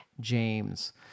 james